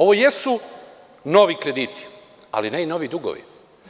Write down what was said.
Ovo jesu novi krediti, ali ne i novi dugovi,